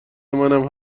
منم